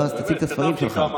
יועז, תציג את הספרים שלך.